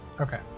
Okay